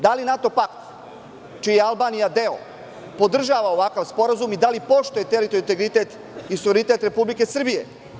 Da li NATO pakt, čiji je Albanija deo, podržava ovakav sporazum i da li poštuje teritorijalni integritet i suverenitet Republike Srbije?